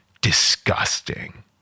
disgusting